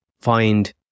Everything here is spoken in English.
find